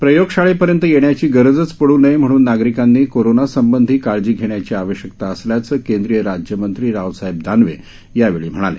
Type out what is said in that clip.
प्रयोगशाळेपर्यंत येण्याची गरजच पडू नये म्हणून नागरिकांनी कोरोनासंबंधी काळजी घेण्याची आवश्यकता असल्याचं केंद्रीय राज्यमंत्री रावसाहेब दानवे यावेळी म्हणाले